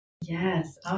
Yes